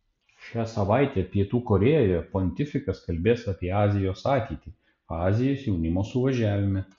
šią savaitę pietų korėjoje pontifikas kalbės apie azijos ateitį azijos jaunimo suvažiavime